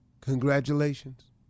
Congratulations